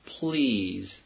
please